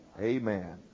Amen